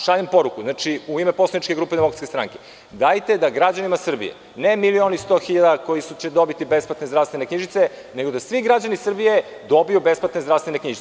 Šaljem poruku u ime poslaničke grupe DS, dajte da građanima Srbije, ne milion i 100 hiljada koji će dobiti besplatne zdravstvene knjižice, nego da svi građani Srbije dobiju besplatne zdravstvene knjižice.